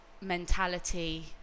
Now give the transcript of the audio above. mentality